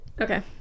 Okay